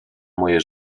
moje